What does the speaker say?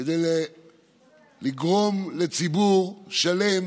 לגרום לציבור שלם